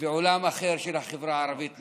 ועולם אחר של החברה הערבית בישראל,